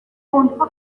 اونها